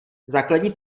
základní